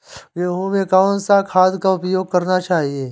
गेहूँ में कौन सा खाद का उपयोग करना चाहिए?